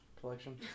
collection